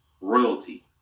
royalty